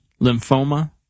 lymphoma